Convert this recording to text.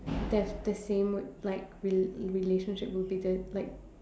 there's the same would like rel~ relationship would be the like